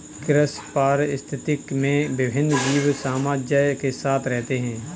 कृषि पारिस्थितिकी में विभिन्न जीव सामंजस्य के साथ रहते हैं